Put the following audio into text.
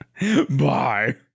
Bye